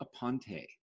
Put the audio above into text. aponte